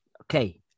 Okay